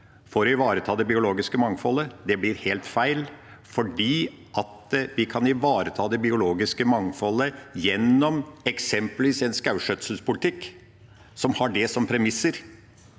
for å ivareta det biologiske mangfoldet, blir helt feil, for vi kan ivareta det biologiske mangfoldet gjennom eksempelvis en skogskjøtselspolitikk som har det som premiss.